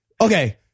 Okay